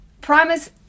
primers